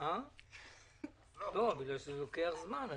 זה לוקח זמן.